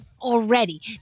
Already